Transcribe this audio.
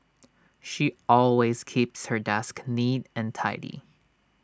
she always keeps her desk neat and tidy